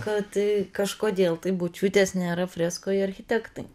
kad a kažkodėl tai bučiūtės nėra freskoje architektai